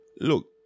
look